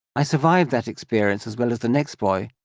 i survived that experience as well as the next boy,